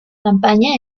campaña